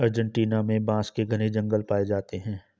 Argentina में बांस के घने जंगल पाए जाते हैं